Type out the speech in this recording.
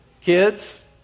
kids